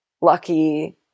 lucky